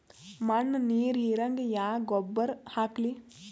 ಮಣ್ಣ ನೀರ ಹೀರಂಗ ಯಾ ಗೊಬ್ಬರ ಹಾಕ್ಲಿ?